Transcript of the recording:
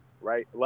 right